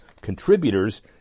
contributors